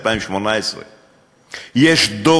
2018. יש דוח,